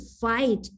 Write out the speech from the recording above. fight